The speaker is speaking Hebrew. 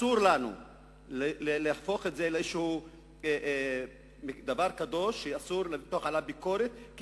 אסור לנו להפוך את זה לדבר קדוש שאסור למתוח עליו ביקורת,